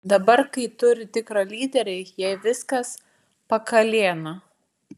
dabar kai turi tikrą lyderį jai viskas pakalėna